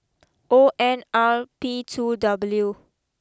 O N R P two W